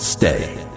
Stay